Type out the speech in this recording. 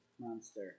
monster